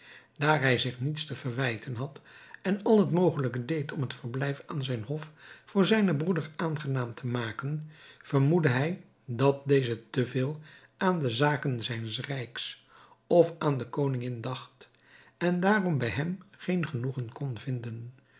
daar hij zich niets te verwijten had en al het mogelijke deed om het verblijf aan zijn hof voor zijnen broeder aangenaam te maken vermoedde hij dat deze te veel aan de zaken zijns rijks of aan de koningin dacht en daarom bij hem geen genoegen kon vinden